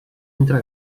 entre